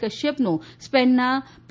કશ્યપનો સ્પેનના પી